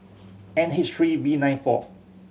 N H three V nine four